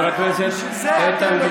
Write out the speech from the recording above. חבר הכנסת איתן גינזבורג.